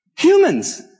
Humans